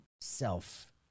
self